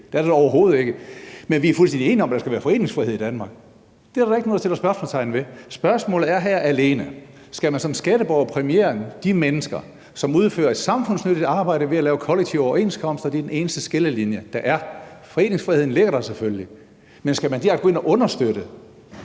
Det er det da overhovedet ikke. Men vi er fuldstændig enige om, at der skal være foreningsfrihed i Danmark. Det er da ikke nogen der sætter spørgsmålstegn ved. Spørgsmålet er her alene: Skal man som skatteborger præmiere de mennesker, som udfører et samfundsnyttigt arbejde ved at lave kollektive overenskomster? Det er den eneste skillelinje, der er. Foreningsfriheden ligger der selvfølgelig, men skal man direkte gå ind og understøtte